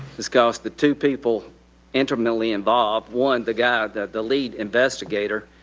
is cause the two people intimately involved, one, the guy that, the lead investigator,